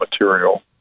material